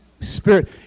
Spirit